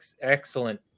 excellent